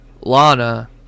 Lana